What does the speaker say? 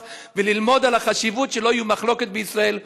וללמוד על החשיבות שלא יהיו מחלוקות בישראל,